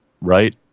Right